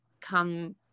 come